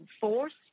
forced